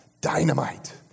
Dynamite